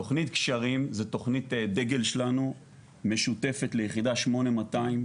תוכנית קשרים בתוכנית הדגל שלנו משותפת ליחידה 8200,